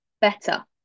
better